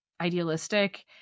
idealistic